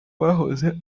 bahoze